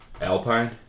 Alpine